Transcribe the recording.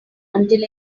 until